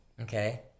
Okay